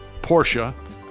Porsche